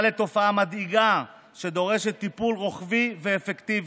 לתופעה מדאיגה שדורשת טיפול רוחבי ואפקטיבי.